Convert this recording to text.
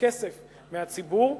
כסף מהציבור,